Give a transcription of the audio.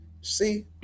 See